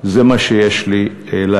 זה מה שיש לי להגיד.